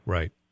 Right